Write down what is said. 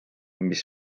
mis